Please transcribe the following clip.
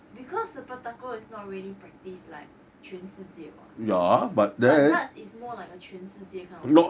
because sepak takraw is not really practiced like 全世界 !wah! your but darts is more like a 全世界 kind of